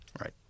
Right